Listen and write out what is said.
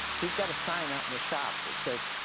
he's got a sign out in the shop that says